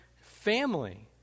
family